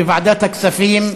בוועדת הכספים.